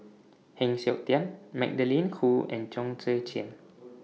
Heng Siok Tian Magdalene Khoo and Chong Tze Chien